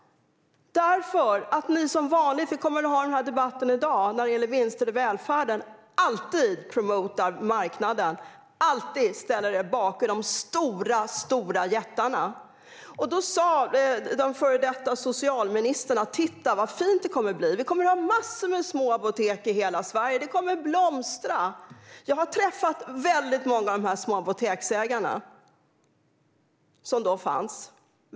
Därför att ni som vanligt promotar marknaden och alltid ställer er bakom jättarna. Vi kommer väl att ha denna debatt i dag när det gäller vinster i välfärden. Den före detta socialministern sa: Titta vad fint det kommer att bli - vi kommer att ha massor av små apotek i hela Sverige! Det kommer att blomstra! Jag har träffat många av ägarna till de små apotek som fanns.